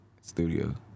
Studio